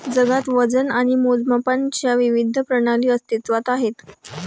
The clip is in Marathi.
जगात वजन आणि मोजमापांच्या विविध प्रणाली अस्तित्त्वात आहेत